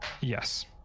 Yes